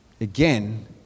Again